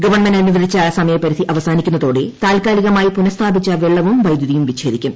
government അനുവദിച്ച സമയപരിധി അവസാനിക്കുന്നതോടെ താൽക്കാലികമായി പുനഃസ്ഥാപിച്ച വെള്ളവും വൈദ്യുതിയും വിച്ഛേദിക്കും